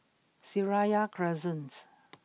Seraya Crescent